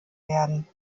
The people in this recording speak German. werden